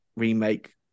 remake